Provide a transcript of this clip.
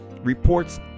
reports